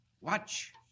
Watch